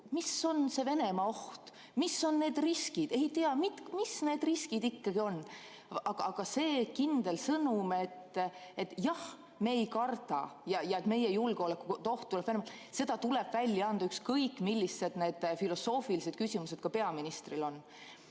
mis on see Venemaa oht. Mis on need riskid? Ei tea, mis need riskid ikkagi on? Aga see kindel sõnum, et jah, me ei karda, ja et meie julgeolekut tuleb [kindlustada] – see tuleb edasi anda, ükskõik, millised filosoofilised küsimused peaministril ka